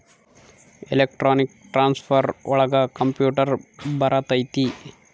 electronic transfer ಒಳಗ computer ಬರತೈತಿ